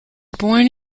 born